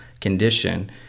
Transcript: condition